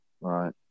Right